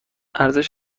ارزش